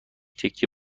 تکه